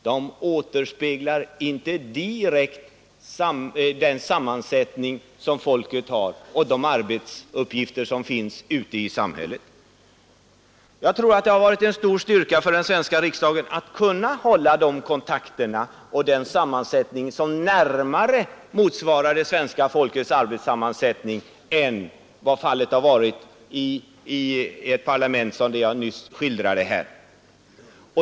De återspeglar inte direkt den sammansättning som folket har och de arbetsuppgifter som finns ute i samhället. Jag tror att det har varit en stor styrka för den svenska riksdagen att den har kunnat bibehålla kontakterna med folket och ha en sammansättning som motsvarar svenska folkets yrkesstruktur på ett annat sätt än vad fallet har varit i parlament sådana som det jag nyss har skildrat.